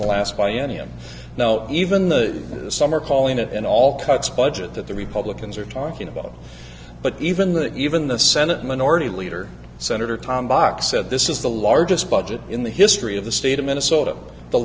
the last by any and now even the some are calling it an all cuts budget that the republicans are talking about but even the even the senate minority leader senator tom bock said this is the largest budget in the history of the state of minnesota the